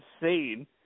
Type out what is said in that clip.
insane